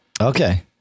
okay